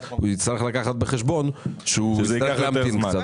הוא יצטרך לקחת בחשבון שזה ייקח יותר זמן.